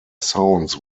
sounds